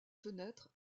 fenêtre